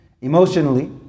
Emotionally